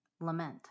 Lament